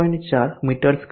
4 metre square છે